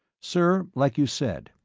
sir, like you said,